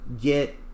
get